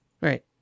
Right